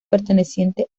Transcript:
perteneciente